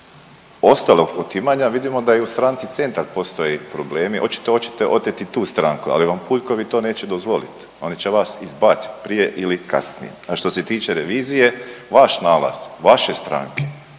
ostalog otimanja vidimo da i u Stranci Centar postoje problemi, očito hoćete oteti tu stranku, ali vam Puljkovi to neće dozvolit, oni će vas izbacit prije ili kasnije. A što se tiče revizije, vaš nalaz vaše stranke,